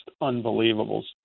unbelievable